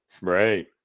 Right